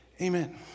Amen